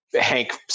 Hank